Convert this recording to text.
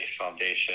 foundation